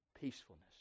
peacefulness